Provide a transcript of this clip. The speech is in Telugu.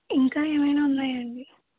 ఇంకా ఏవైనా ఉన్నాయా అండి